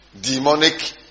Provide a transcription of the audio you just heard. demonic